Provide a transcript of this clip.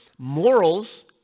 morals